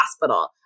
hospital